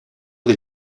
del